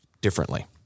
differently